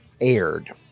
aired